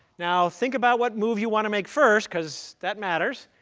now think about what move you want to make first, because that matters.